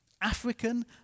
African